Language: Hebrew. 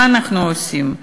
מה אנחנו עושים?